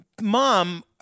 mom